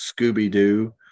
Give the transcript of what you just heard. Scooby-Doo